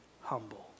humble